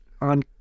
on